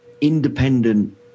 independent